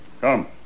Come